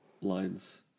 lines